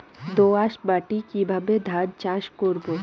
দোয়াস মাটি কিভাবে ধান চাষ করব?